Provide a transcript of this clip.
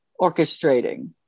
orchestrating